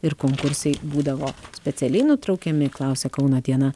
ir konkursai būdavo specialiai nutraukiami klausia kauno diena